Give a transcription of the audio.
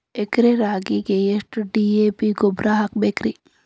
ಎಕರೆ ರಾಗಿಗೆ ಎಷ್ಟು ಡಿ.ಎ.ಪಿ ಗೊಬ್ರಾ ಹಾಕಬೇಕ್ರಿ?